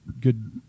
good